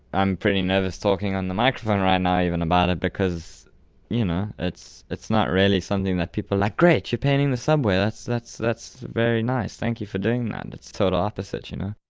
i'm pretty nervous talking on the microphone right now even about it because you know, it's it's not really something that people like, great. you're painting the subway. that's that's very nice, thank you for doing that, that's total opposite, you know.